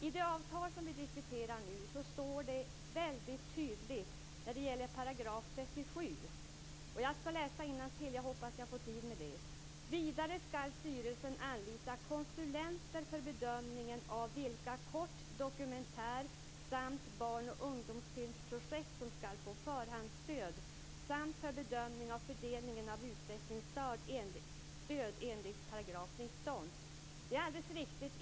I det avtal som vi diskuterar nu står det väldigt tydligt i 37 §, jag ska läsa innantill, jag hoppas att jag får tid med det: "Vidare skall styrelsen anlita konsulenter för bedömningen av vilka kort-, dokumentär-, samt barn och ungdomsfilmprojekt som skall få förhandsstöd samt för bedömning av fördelningen av utvecklingsstöd enligt 19 §." Det är alldeles riktigt.